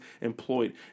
employed